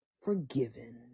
forgiven